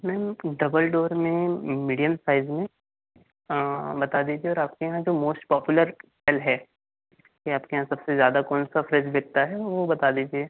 ma'am double door में medium size में बता दीजिए और आपके यहाँ जो मोस्ट पॉपुलर है या आपके यहाँ सबसे ज़्यादा कौन सा फ़्रिज बिकता है वो बता दीजिए